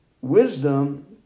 wisdom